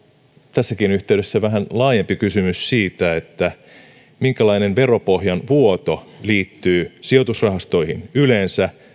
tässäkin yhteydessä vähän laajempi kysymys siitä minkälainen veropohjan vuoto liittyy sijoitusrahastoihin yleensä